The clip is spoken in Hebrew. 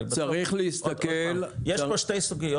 יש פה שתי סוגיות,